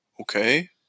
Okay